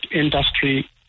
Industry